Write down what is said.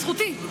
זכותי.